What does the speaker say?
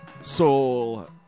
soul